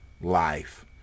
life